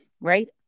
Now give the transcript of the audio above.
Right